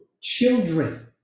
children